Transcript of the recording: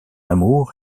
amour